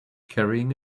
carrying